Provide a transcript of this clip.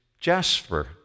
jasper